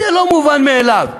זה לא מובן מאליו,